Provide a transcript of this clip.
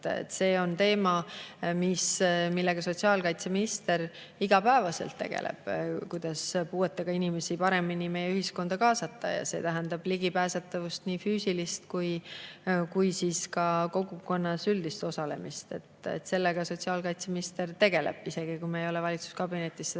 See on teema, millega sotsiaalkaitseminister igapäevaselt tegeleb – kuidas puuetega inimesi paremini meie ühiskonda kaasata? See tähendab nii füüsilist ligipääsetavust kui ka kogukonnas üldist osalemist. Sellega sotsiaalkaitseminister tegeleb, isegi kui me ei ole valitsuskabinetis seda täiendavalt